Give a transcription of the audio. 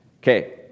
okay